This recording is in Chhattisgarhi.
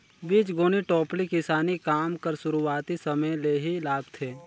बीजगोनी टोपली किसानी काम कर सुरूवाती समे ले ही लागथे